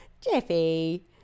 jeffy